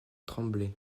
tremblay